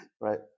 Right